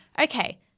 okay